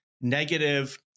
negative